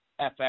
FX